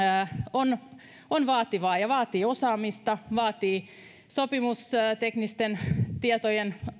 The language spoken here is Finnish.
on on vaativaa ja vaatii osaamista vaatii sopimusteknisten tietojen